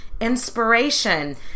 inspiration